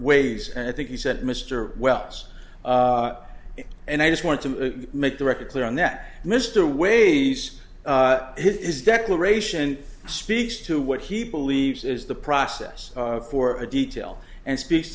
waves and i think he said mr welles and i just want to make the record clear on that mr ways his declaration speaks to what he believes is the process for a detail and spe